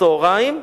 צהריים.